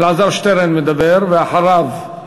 אלעזר שטרן מדבר, ואחריו,